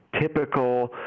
typical